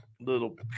little